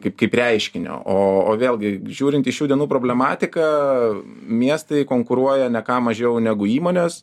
kaip kaip reiškinio o o vėlgi žiūrint į šių dienų problematiką miestai konkuruoja ne ką mažiau negu įmonės